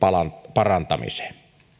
parantamiseen